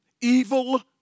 evil